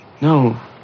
No